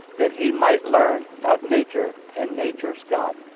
that he might learn of nature and nature's god.